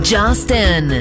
Justin